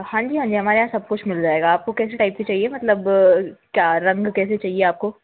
हाँ जी हाँ जी हमारे यहाँ सब कुछ मिल जाएगा आपको कैसी टाइप की चाहिए मतलब क्या रंग कैसी चाहिए आपको